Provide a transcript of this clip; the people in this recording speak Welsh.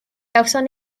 gawson